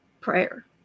prayer